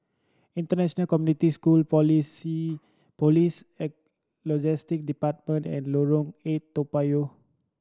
International Community School Policy Police Logistic Department and Lorong Eight Toa Payoh